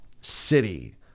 city